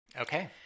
Okay